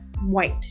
white